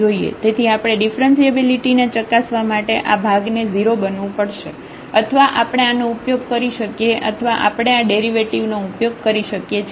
તેથી આપણે ડીફરન્સીએબિલિટી ને ચકાસવા માટે આ ભાગ ને 0 બનવું પડશે અથવા આપણે આનો ઉપયોગ કરી શકીએ અથવા આપણે આ ડેરિવેટિવ નો ઉપયોગ કરી શકીએ છીએ